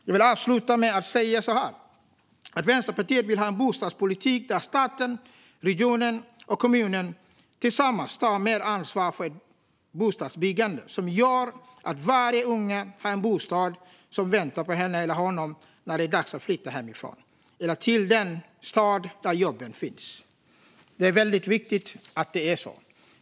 Jag vill avsluta med att säga att Vänsterpartiet vill ha en bostadspolitik där staten, regionen och kommunen tillsammans tar mer ansvar för ett bostadsbyggande som gör att varje unge har en bostad som väntar på henne eller honom när det är dags att flytta hemifrån - eller till den stad där jobben finns. Det är viktigt att det är så.